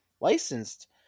licensed